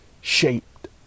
shaped